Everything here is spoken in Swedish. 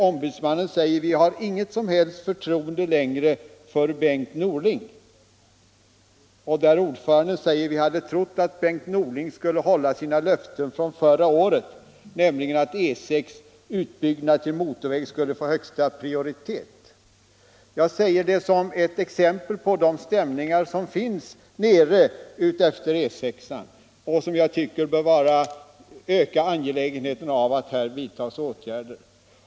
Ombudsmannen säger: ”Vi har inget som helst förtroende längre för Bengt Norling.” Och ordföranden säger: ”Vi hade trott att Bengt Norling skulle hålla sina löften från förra året, nämligen att E 6 utbyggnad till motorväg skulle få högsta prioritet.” Jag nämner detta som ett exempel på de stämningar som finns utefter E 6 och som jag tycker bör öka angelägenheten av att här vidtas åtgärder.